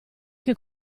che